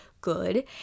good